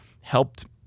helped